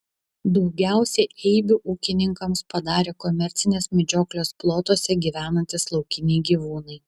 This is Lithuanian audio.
daugiausiai eibių ūkininkams padarė komercinės medžioklės plotuose gyvenantys laukiniai gyvūnai